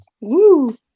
Woo